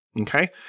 okay